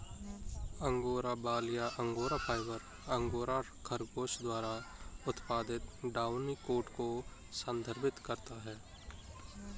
angora बाल या angora fibre, angora खरगोश द्वारा उत्पादित डाउनी कोट को संदर्भित करता है